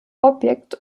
objekt